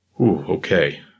Okay